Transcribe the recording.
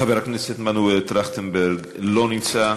חבר הכנסת מנואל טרכטנברג, לא נמצא.